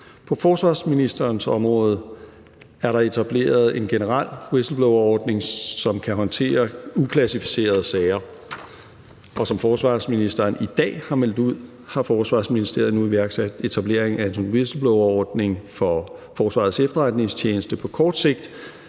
På forsvarsministerens område er der etableret en generel whistleblowerordning, som kan håndtere uklassificerede sager. Og som forsvarsministeren i dag har meldt ud, har Forsvarsministeriet nu iværksat etablering af en whistleblowerordning for Forsvarets Efterretningstjeneste på kort sigt,